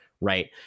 right